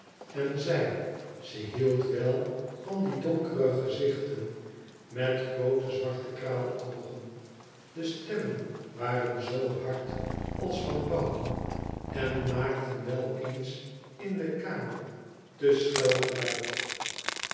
en zij ze hield wel van die donkere gezichten met groote zwarte kraaloogen de stemmen waren zoo hard als van pauwen en maakten wel eens in de kamer te schel geluid